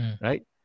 Right